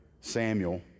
Samuel